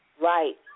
Right